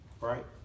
right